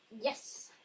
Yes